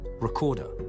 recorder